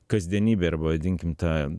kasdienybei arba vadinkim tą